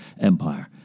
Empire